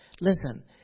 Listen